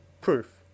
Proof